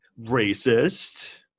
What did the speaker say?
racist